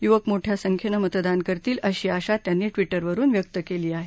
युवक मोठ्या संख्येने मतदान करतील अशी आशा त्यांनी ट्विटरवरून व्यक्त केली आहे